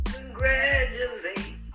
Congratulate